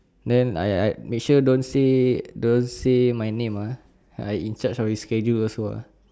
then I I make sure don't say make sure don't say my name ah I in charge of his schedule also ah